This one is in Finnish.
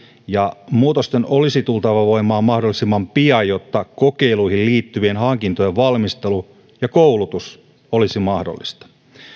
ja muutosten olisi tultava voimaan mahdollisimman pian jotta kokeiluihin liittyvien hankintojen valmistelu ja koulutus olisi mahdollista